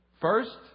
first